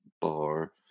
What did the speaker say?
bar